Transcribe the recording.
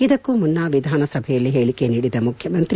ಇದಕ್ಕೂ ಮುನ್ನ ಎಧಾನಸಭೆಯಲ್ಲಿ ಹೇಳಿಕೆ ನೀಡಿದ ಮುಖ್ಯಮಂತ್ರಿ